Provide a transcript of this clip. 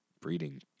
breeding